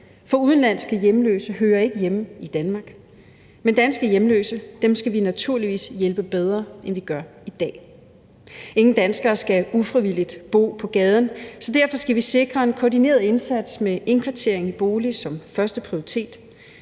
For udenlandske hjemløse hører ikke hjemme i Danmark, men danske hjemløse skal vi naturligvis hjælpe bedre, end vi gør i dag. Ingen danskere skal ufrivilligt bo på gaden, så derfor skal vi sikre en koordineret indsats med indkvartering i en bolig som førsteprioritet.